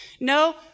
No